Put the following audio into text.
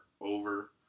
over